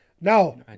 Now